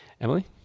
emily